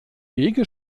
wege